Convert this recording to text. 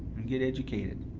and get educated.